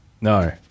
no